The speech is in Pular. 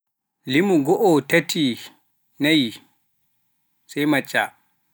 limu goo ɗiɗi taati sai matcha